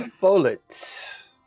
bullets